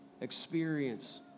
experience